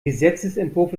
gesetzesentwurf